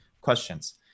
questions